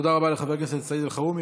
תודה רבה לחבר הכנסת סעיד אלחרומי.